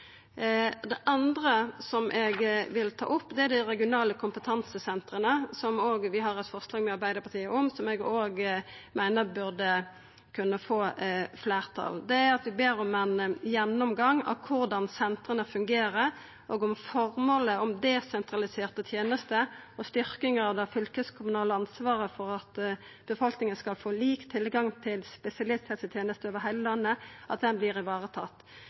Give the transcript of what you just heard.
Det andre eg vil ta opp, er dei regionale kompetansesentra, som vi også har eit forslag saman med Arbeidarpartiet om, som eg meiner burde kunne få fleirtal. Vi ber om ein gjennomgang av korleis sentra fungerer, og om formålet om desentraliserte tenester og styrking av det fylkeskommunale ansvaret for at befolkninga skal få lik tilgang til spesialisthelseteneste over heile landet,